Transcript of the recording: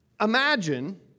Imagine